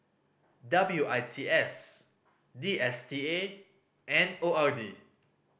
W I T S D S T A and O R D